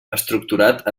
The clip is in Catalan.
estructurat